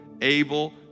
able